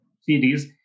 series